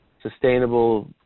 sustainable